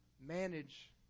manage